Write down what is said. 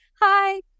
hi